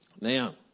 now